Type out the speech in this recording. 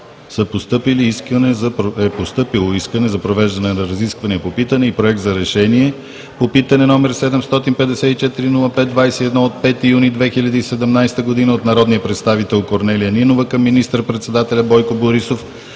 е постъпило искане за провеждане на разисквания по питане и Проект за решение по питане, № 754-05-21, от 5 юни 2017 г. от народния представител Корнелия Нинова към министър-председателя Бойко Борисов,